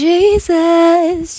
Jesus